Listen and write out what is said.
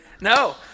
No